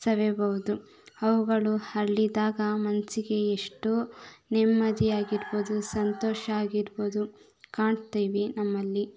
ಸವಿಯಬಹುದು ಅವುಗಳು ಅರಳಿದಾಗ ಮನಸ್ಸಿಗೆ ಎಷ್ಟೋ ನೆಮ್ಮದಿಯಾಗಿರ್ಬೋದು ಸಂತೋಷ ಆಗಿರ್ಬೋದು ಕಾಣ್ತೀವಿ ನಮ್ಮಲ್ಲಿ